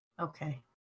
okay